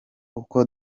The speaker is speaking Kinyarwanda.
uko